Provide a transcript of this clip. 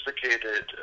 sophisticated